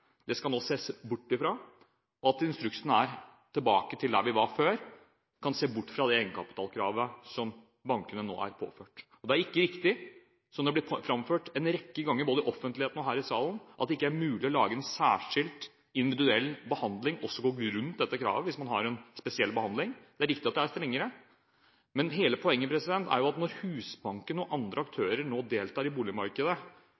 gjøre, skal man nå se bort fra. Instruksen skal være: Tilbake dit vi var før! En kan se bort fra det egenkapitalkravet som bankene nå er påført. Det er ikke riktig, som det er blitt framført en rekke ganger, både i offentligheten og her i salen, at det ikke er mulig å lage en særskilt, individuell behandling – og også å gå rundt dette kravet hvis man har en spesiell behandling. Det er riktig at det er strengere, men hele poenget er at når Husbanken og andre